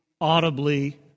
audibly